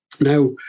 Now